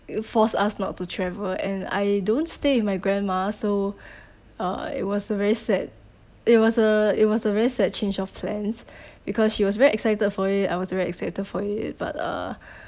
it forced us not to travel and I don't stay with my grandma so uh it was very sad it was a it was a very sad change of plans because she was very excited for it I was very excited for it but uh